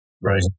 Right